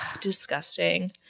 disgusting